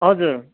हजुर